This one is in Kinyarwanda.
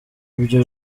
ibyo